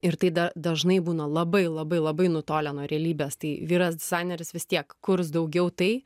ir tai dar dažnai būna labai labai labai nutolę nuo realybės tai vyras dizaineris vis tiek kurs daugiau tai